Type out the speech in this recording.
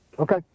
Okay